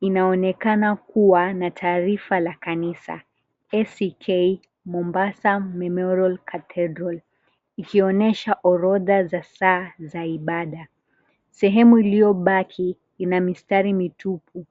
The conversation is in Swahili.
Inaonekana kuwa na taarifa la kanisa, ACK Mombasa Memorial Cathedral. Ikion𝑦esha orodha za saa za ibada. Sehemu iliyobaki ina mistari mitupu.